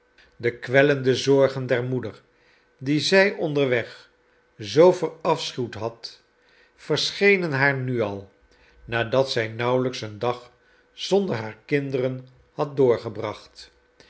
de kwellende zorgen der moeder die zij onderweg zoo verafschuwd had verschenen haar nu al nadat zij nauwelijks een dag zonder haar kinderen had doorgebracht